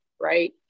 right